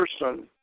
person